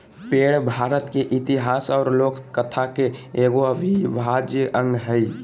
पेड़ भारत के इतिहास और लोक कथा के एगो अविभाज्य अंग हइ